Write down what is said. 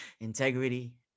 integrity